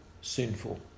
Sinful